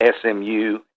SMU